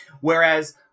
Whereas